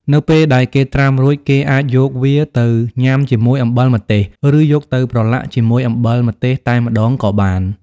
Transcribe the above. នៅពេលដែលគេត្រាំរួច គេអាចយកវាទៅញុាំជាមួយអំបិលម្ទេស ឬយកទៅប្រឡាក់ជាមួយអំបិលម្ទេសតែម្តងក៏បាន។